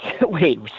Wait